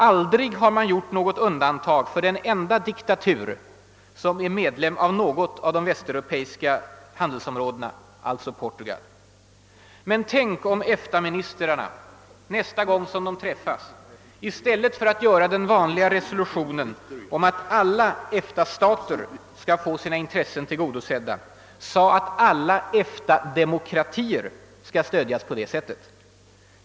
Aldrig har man gjort undaniag för den enda diktatur, som är medlem av något av de västeuropeiska handelsområdena, alltså Portugal. Tänk om EFTA ministrarna nästa gång de träffas i stället för att göra den vanliga resolutionen om att alla »EFTA-stater» skall få sina intressen tillgodosedda sade att alla »EFTA-demokratier» skall stödjas på det sättet!